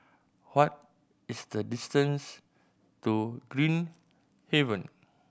what is the distance to Green Haven